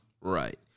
right